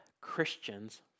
Christians